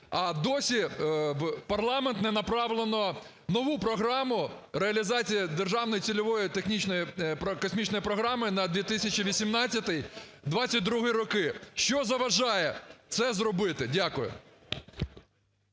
а досі в парламент не направлено нову програму реалізації Державної цільової технічної космічної програми на 2018-2022 роки. Що заважає це зробити? Дякую.